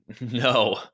No